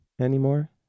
anymore